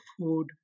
food